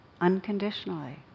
unconditionally